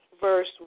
verse